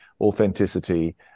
authenticity